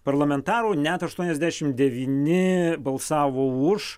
parlamentarų net aštuoniadešim devyni balsavo už